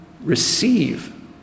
Receive